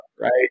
right